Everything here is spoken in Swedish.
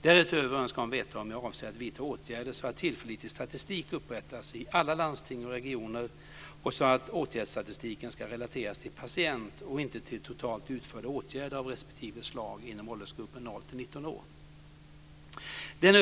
Därutöver önskar hon veta om jag avser att vidta åtgärder så att tillförlitlig statistik upprättas i alla landsting och regioner och så att åtgärdsstatistiken ska relateras till patient och inte till totalt utförda åtgärder av respektive slag inom åldersgruppen 0-19 år.